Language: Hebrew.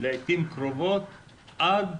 לעתים קרובות עד